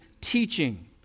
teaching